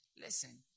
Listen